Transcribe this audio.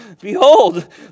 behold